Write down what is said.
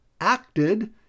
acted